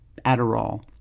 Adderall